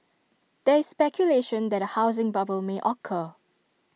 there is speculation that A housing bubble may occur